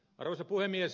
arvoisa puhemies